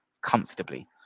comfortably